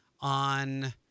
on